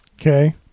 Okay